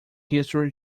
history